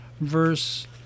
verse